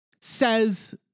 says